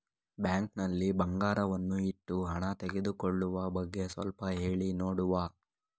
Bank ನಲ್ಲಿ ಬಂಗಾರವನ್ನು ಇಟ್ಟು ಹಣ ತೆಗೆದುಕೊಳ್ಳುವ ಬಗ್ಗೆ ಸ್ವಲ್ಪ ಹೇಳಿ ನೋಡುವ?